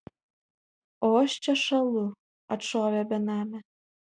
o aš čia šąlu atšovė benamė